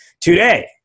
Today